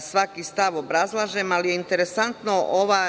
svaki stav obrazlažem, ali su interesantni ovi